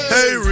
Hey